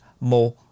more